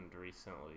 recently